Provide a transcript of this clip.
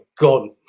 gone